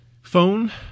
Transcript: Phone